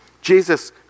Jesus